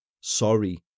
Sorry